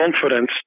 confidence